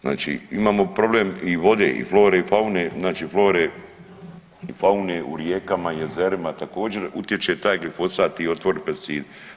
Znači imamo problem i vode i flore i faune znači flore i faune u rijekama, jezerima također utječe taj glifosat i otrovi pesticidi.